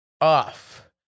off